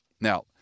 Now